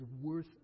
worth